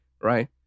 right